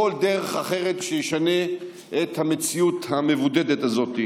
דרך אחרת שתשנה את המציאות המבודדת הזאת,